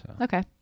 Okay